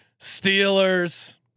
Steelers